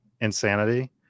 insanity